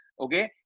Okay